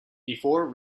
before